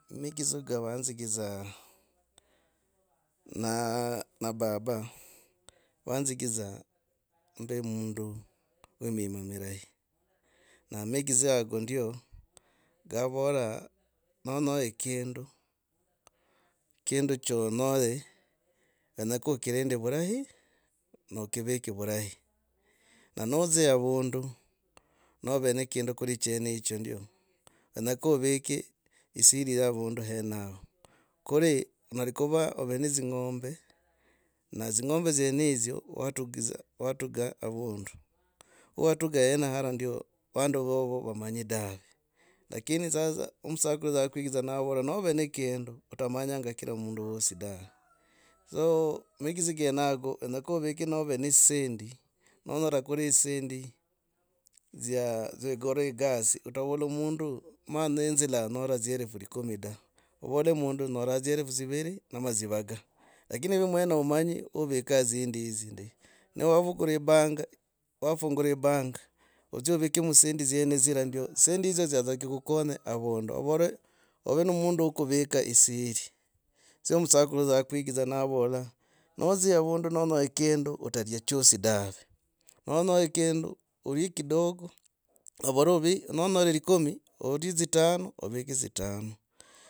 Meegizo kavanzegidza naa, na baba vanzegidza mbemundu wa mima mirahi. Na amegidza hako ndyo kavora. Nonyoha kindu. Kindu cha onyoho kenyaka okirinde vurahi no kivike vurahi. Na nodzi avundu nove ne kindu kuri chenecho ndio kenyaka ovike siri ya avundu henao kuli narikova ov ne dzing’ombena dzing’ombe dzienedzo watugidza. watuga avundu we watuga hena hara ndio vandu vovo vamanyi dave. Lakini sasa wo omusakuru akwikidza navora nove ne kindu atamanyanga kila mundu wosi dahe so mekidzi kenako kenyaka ovike nove nedsizendi nonyora kuri dzisendi dzya, dzikora egasi otavola mundu ma nenzilila dzielfu dziviri ama dzivanga. Lakini mwene wumayi wovika dzindi hizi. Nowakuvura bank, wafungura bank odzie ovikemo dzisendi dziene dzira ndio dzisendi dziedza dzikukonye avundu. Ovore. ove mundu wo kuvika siri dzyo musakuru akwigidza navora nodzia avundu nonyoha ekindu otario chosi dave. Nonyoya ekindu olie kidogo. ovara ovi. nonyoha likumi olie tsitano ovike tsitano